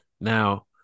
Now